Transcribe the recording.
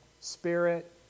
Spirit